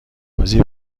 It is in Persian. بازی